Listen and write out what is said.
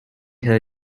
her